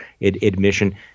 admission